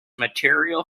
material